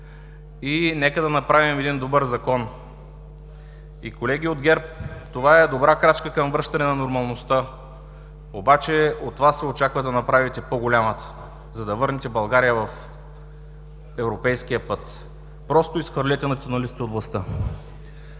и нека да направим един добър Закон. Колеги от ГЕРБ, това е добра крачка към връщане на нормалността, обаче от Вас се очаква да направите по-голямата, за да върнете България в европейския път, просто изхвърлете националистите от властта.